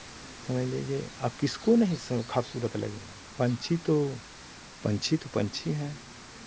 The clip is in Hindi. समझ लीजिए अब किसको नहीं खूबसूरत लगे पंछी तो पंछी तो पंछी हैं